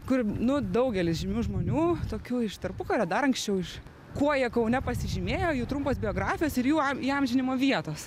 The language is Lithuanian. kur daugelis žymių žmonių tokių iš tarpukario dar anksčiau iš kuo jie kaune pasižymėjo jų trumpos biografijos ir jų am įamžinimo vietos